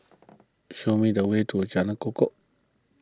show me the way to Jalan Kukoh